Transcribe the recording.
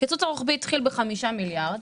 הקיצוץ הרוחבי התחיל בחמישה מיליארד.